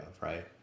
right